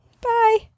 Bye